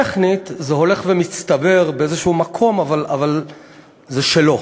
טכנית זה הולך ומצטבר באיזשהו מקום, אבל זה שלו.